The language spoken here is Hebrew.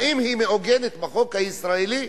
האם היא מעוגנת בחוק הישראלי?